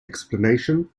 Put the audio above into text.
explanation